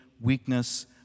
weakness